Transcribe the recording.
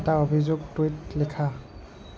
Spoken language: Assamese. এটা অভিযোগ টুইট লিখা